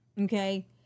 Okay